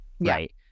right